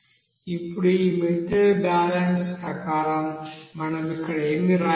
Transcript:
ఇప్పుడు ఈ material balance ప్రకారం మనం ఇక్కడ ఏమి వ్రాయగలం